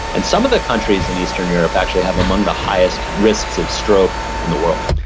and some of the countries in eastern europe actually have among the highest risks of stroke in the world.